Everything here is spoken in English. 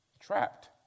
trapped